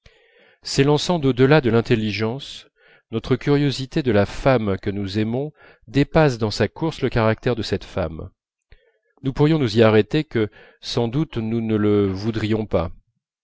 s'élançant d'au delà de l'intelligence notre curiosité de la femme que nous aimons dépasse dans sa course le caractère de cette femme nous pourrions nous y arrêter que sans doute nous ne le voudrions pas